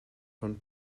von